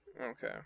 Okay